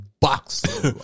Box